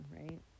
right